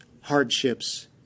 hardships